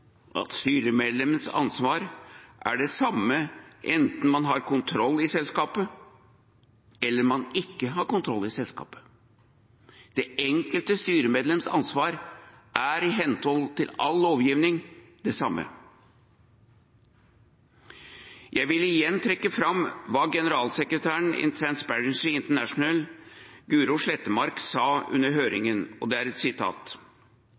ansvar er det samme enten man har kontroll i selskapet eller man ikke har kontroll i selskapet. Det enkelte styremedlems ansvar er i henhold til all lovgivning det samme. Jeg vil igjen trekke fram hva generalsekretæren i Transparency International, Guro Slettemark, sa under høringen: «Hvis antikorrupsjonsprogrammet til den deleide enheten har mangelfullt innhold, eller er